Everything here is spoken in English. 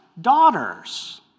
daughters